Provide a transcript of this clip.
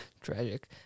Tragic